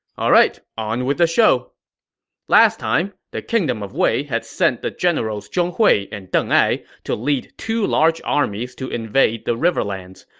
alright, on with the show last time, the kingdom of wei had sent the generals zhong hui and deng ai to lead two large armies to invade the riverlands.